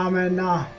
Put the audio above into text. um and